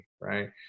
Right